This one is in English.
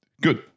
Good